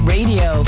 Radio